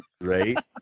right